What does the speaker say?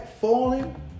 Falling